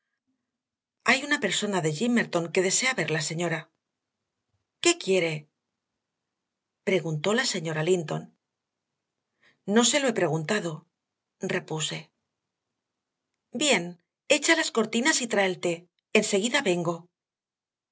ahí una persona de gimmerton que desea verla señora qué quiere preguntó la señora linton no se lo he preguntado repuse bien echa las cortinas y trae el té en seguida vengo